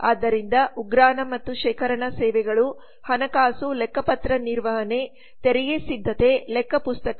ಆದ್ದರಿಂದ ಉಗ್ರಾಣ ಮತ್ತು ಶೇಖರಣಾ ಸೇವೆಗಳು ಹಣಕಾಸು ಲೆಕ್ಕಪತ್ರ ನಿರ್ವಹಣೆ ತೆರಿಗೆ ಸಿದ್ಧತೆ ಲೆಕ್ಕ ಪುಸ್ತಕ